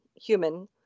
human